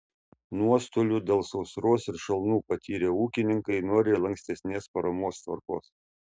nuostolių dėl sausros ir šalnų patyrę ūkininkai nori lankstesnės paramos tvarkos